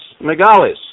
megalis